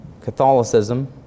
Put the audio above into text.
Catholicism